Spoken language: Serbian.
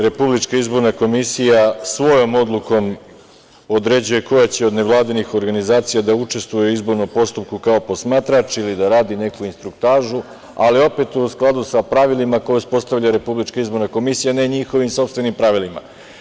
Republička izborna komisija svojom odlukom određuje koja će od nevladinih organizacija da učestvuje u izbornom postupku kao posmatrač ili da radi neku instruktažu, ali, opet, u skladu sa pravilima koja uspostavlja Republička izborna komisija, a ne njihovim sopstvenim pravilima.